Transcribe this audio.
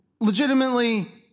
legitimately